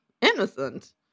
Innocent